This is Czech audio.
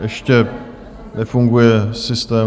Ještě nefunguje systém?